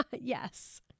Yes